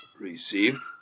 received